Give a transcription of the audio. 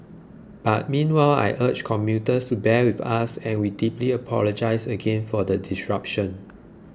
but meanwhile I urge commuters to bear with us and we deeply apologise again for the disruption